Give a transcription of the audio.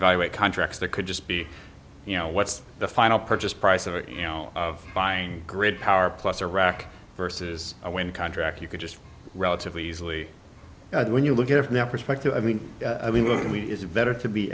evaluate contracts that could just be you know what's the final purchase price of you know of buying grid power plus or rock versus i when contract you could just relatively easily when you look at it from that perspective i mean i mean when we is it better to be